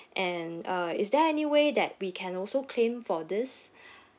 and uh is there any way that we can also claim for this